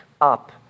up